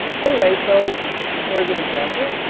anyway. so there's an example.